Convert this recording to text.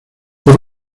por